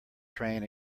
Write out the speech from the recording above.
train